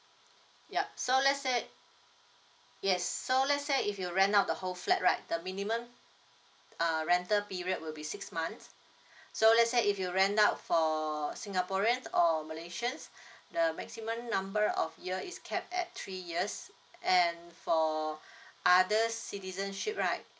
yup so let's say yes so let's say if you rent out the whole flat right the minimum uh rental period will be six months so let's say if you rent out for singaporeans or malaysians the maximum number of year is capped at three years and for others citizenship right